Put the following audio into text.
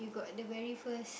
you got the very first